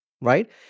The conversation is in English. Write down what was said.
right